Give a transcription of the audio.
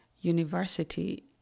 university